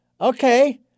okay